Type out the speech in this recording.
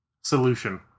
solution